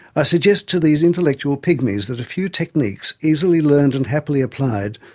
i suggest to these intellectual pygmies that a few techniques, easily learned and happily applied,